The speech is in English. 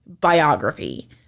Biography